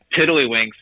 tiddlywinks